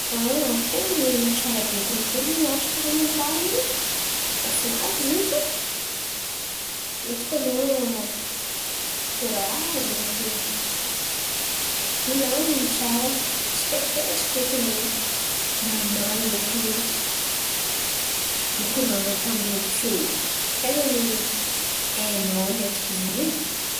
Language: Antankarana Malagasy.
Ary ten̈a ain'olo tsara be kony niatreiky raha nandalo in̈y e. Nafinafy izy in̈y fa hitako anô korazy ndreky. Milamin̈y tsara tsy taitaitry feky zen̈y namaly ndreky, nikoran̈a tamin’ny olo tiô in̈y, tan̈a ny ainô niatriky izy in̈y.